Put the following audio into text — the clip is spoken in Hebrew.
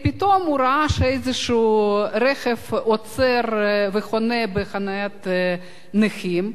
פתאום הוא ראה שאיזשהו רכב עוצר וחונה בחניית נכים.